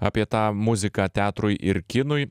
apie tą muziką teatrui ir kinui